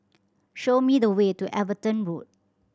show me the way to Everton Road